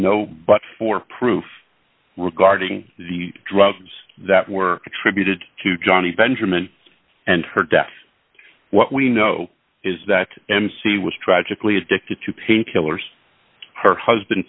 no but for proof regarding the drugs that were attributed to johnny benjamin and her death what we know is that mc was tragically addicted to painkillers her husband